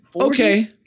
Okay